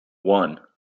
one